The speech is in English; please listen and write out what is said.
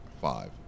five